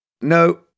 No